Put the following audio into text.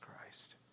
Christ